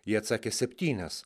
jie atsakė septynias